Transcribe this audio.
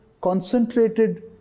concentrated